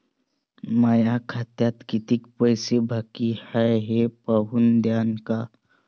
माया खात्यात कितीक पैसे बाकी हाय हे पाहून द्यान का?